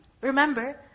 remember